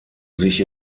sich